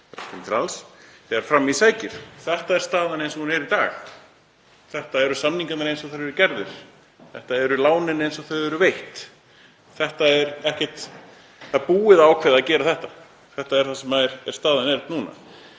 „þegar fram í sækir …“ Þetta er staðan eins og hún er í dag. Þetta eru samningarnir eins og þeir eru gerðir. Þetta eru lánin eins og þau eru veitt. Það er búið að ákveða að gera þetta. Þetta er staðan núna.